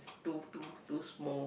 too too too small